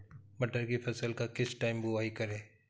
मटर की फसल का किस टाइम बुवाई करें?